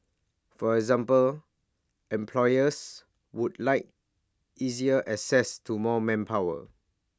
for example employers would like easier access to more manpower